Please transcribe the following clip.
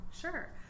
Sure